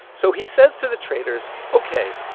so he says to the traders, ok,